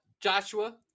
Joshua